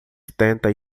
setenta